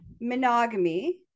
monogamy